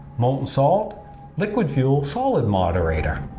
molten salt liquid fuel, solid moderator.